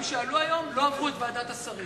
שעלו היום לא עברו את ועדת השרים?